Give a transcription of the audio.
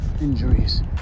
injuries